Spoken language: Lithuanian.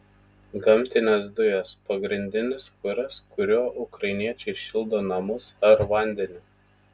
gamtinės dujos pagrindinis kuras kuriuo ukrainiečiai šildo namus ar vandenį